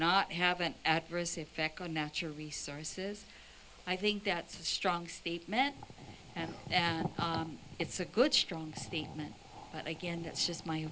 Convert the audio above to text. not have an adverse effect on natural resources i think that's a strong statement and it's a good strong statement but again that's just my